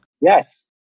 Yes